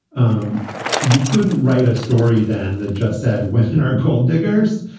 um you couldn't write a story then that just said within our gold diggers,